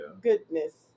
goodness